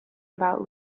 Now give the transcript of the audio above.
about